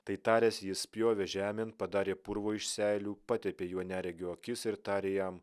tai taręs jis spjovė žemėn padarė purvo iš seilių patepė juo neregio akis ir tarė jam